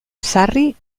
sarri